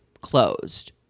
closed